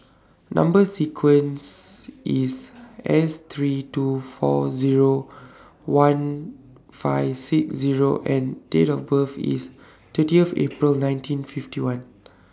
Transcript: Number sequence IS S three two four Zero one five six Zero and Date of birth IS thirtieth April nineteen fifty one